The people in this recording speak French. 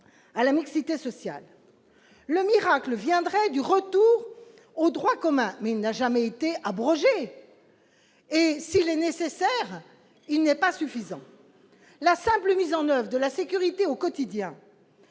à la mixité sociale. Le miracle viendrait du retour au droit commun. Toutefois, celui-ci n'a jamais été abrogé, et s'il est nécessaire, il n'est pas suffisant. La simple mise en oeuvre de la sécurité au quotidien,